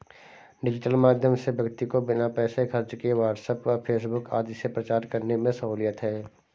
digital माध्यम से व्यक्ति को बिना पैसे खर्च किए व्हाट्सएप व फेसबुक आदि से प्रचार करने में सहूलियत है